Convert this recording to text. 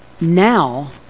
now